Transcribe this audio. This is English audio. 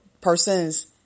persons